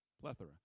Plethora